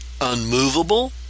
unmovable